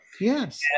Yes